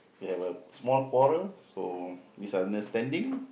they have a small quarrel so it's understanding